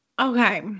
Okay